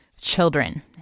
children